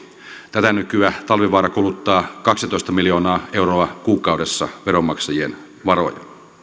tätä nykyä talvivaara kuluttaa kaksitoista miljoonaa euroa kuukaudessa veronmaksajien varoja